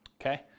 Okay